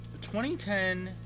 2010